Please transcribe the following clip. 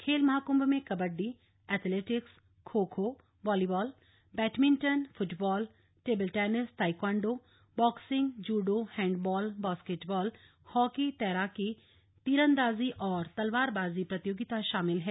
खेल महाकुंभ में kabaddi athletics kho kho volleyball badminton football table tennis taekwondo boxing judo handball basketball hockey तैराकी तीरंदाजी और तलवारबाजी प्रतियोगिता शामिल है